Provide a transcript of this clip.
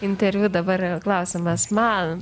interviu dabar klausimas man